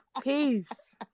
Peace